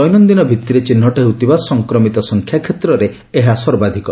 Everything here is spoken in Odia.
ଦୈନନିନ ଭିଭିରେ ଚିହ୍ଟ ହେଉଥିବା ସଂକ୍ରମିତ ସଂଖ୍ୟା କ୍ଷେତ୍ରରେ ଏହା ସର୍ବାଧିକ